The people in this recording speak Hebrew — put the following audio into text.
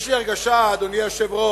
יש לי הרגשה, אדוני היושב-ראש,